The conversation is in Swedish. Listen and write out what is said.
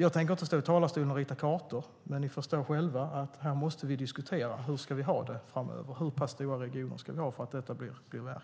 Jag tänker inte stå i talarstolen och rita kartor, men ni förstår själva att vi måste diskutera hur vi ska ha det framöver, hur stora regioner vi ska ha för att det hela ska fungera.